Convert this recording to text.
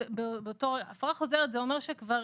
הפרה חוזרת, זה אומר שכבר